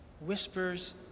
Whispers